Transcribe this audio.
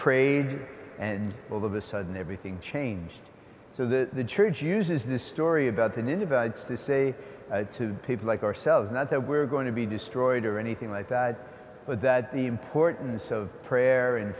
prayed and all of a sudden everything changed so the church uses this story about the ninevites to say to people like ourselves not that we're going to be destroyed or anything like that but that the importance of prayer and